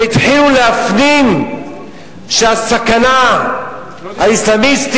הם התחילו להפנים שהסכנה האסלאמיסטית